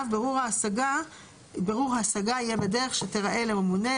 (ו) בירור ההשגה יהיה בדרך שתיראה לממונה,